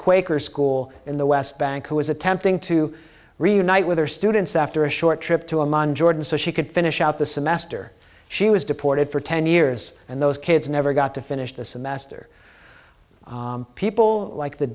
quaker school in the west bank who was attempting to reunite with their students after a short trip to amman jordan so she could finish out the semester she was deported for ten years and those kids never got to finish the semester people like the